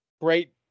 Great